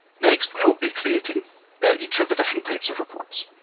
next, we will be creating each of the different types of reports.